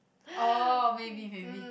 orh maybe maybe